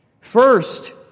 First